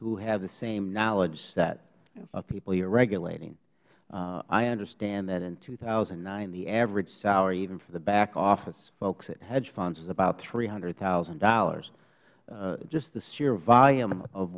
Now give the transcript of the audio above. who have the same knowledge set of people you're regulating i understand that in two thousand and nine the average salary even for the back office folks at hedge funds is about three hundred thousand dollars just the sheer volume of